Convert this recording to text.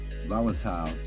volatile